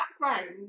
background